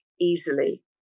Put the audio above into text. easily